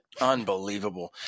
Unbelievable